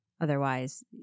Otherwise